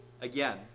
again